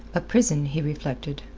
a prison, he reflected,